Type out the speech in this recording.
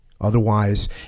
Otherwise